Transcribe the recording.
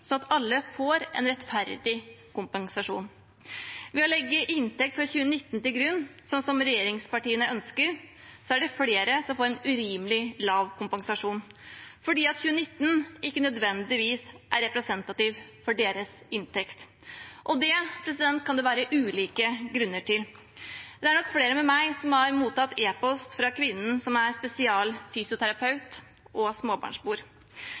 at alle får en rettferdig kompensasjon. Ved å legge inntekt fra 2019 til grunn, slik som regjeringspartiene ønsker, er det flere som får en urimelig lav kompensasjon, fordi 2019 ikke nødvendigvis er representativ for deres inntekt. Det kan det være ulike grunner til. Det er nok flere med meg som har mottatt e-post fra kvinnen som er spesialfysioterapeut og småbarnsmor. Som selvstendig næringsdrivende, fysioterapeut, måtte hun stenge sin egen arbeidsplass og